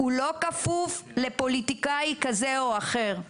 הוא לא כפוף לפוליטיקאי כזה או אחר.